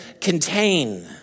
contain